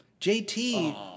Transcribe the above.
JT